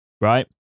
Right